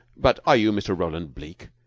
but are you mr. roland bleke?